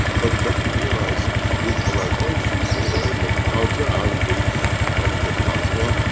but you've got to realize you have as much switchover in the outer boundaries of the plasma,